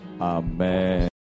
Amen